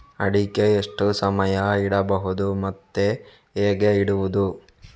ಅಡಿಕೆ ಎಷ್ಟು ಸಮಯ ಇಡಬಹುದು ಮತ್ತೆ ಹೇಗೆ ಇಡುವುದು?